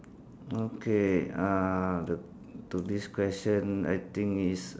okay uh the to this question I think is